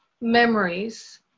memories